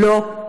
לא.